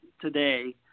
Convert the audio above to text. today